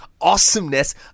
awesomeness